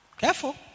Careful